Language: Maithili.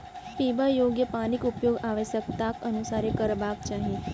पीबा योग्य पानिक उपयोग आवश्यकताक अनुसारेँ करबाक चाही